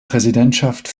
präsidentschaft